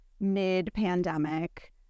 mid-pandemic